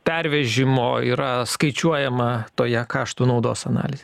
pervežimo yra skaičiuojama toje kaštų naudos analizėj